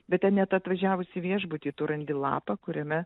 bet net atvažiavus į viešbutį tu randi lapą kuriame